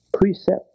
precept